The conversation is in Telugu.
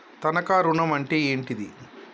తనఖా ఋణం అంటే ఏంటిది?